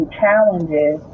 challenges